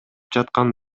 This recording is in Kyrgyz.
жаткан